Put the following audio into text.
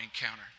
encounter